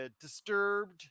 disturbed